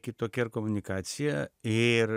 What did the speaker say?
kitokia ir komunikacija ir